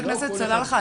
חבר הכנסת סלאלחה,